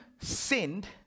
sinned